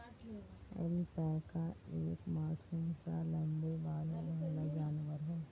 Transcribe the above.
alpaca एक मासूम सा लम्बे बालों वाला जानवर है